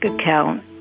account